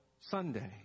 Sunday